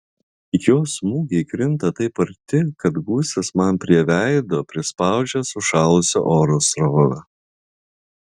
jo smūgiai krinta taip arti kad gūsis man prie veido prispaudžia sušalusio oro srovę